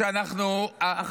קודם כול, זה קיים.